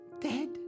Dead